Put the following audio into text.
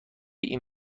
این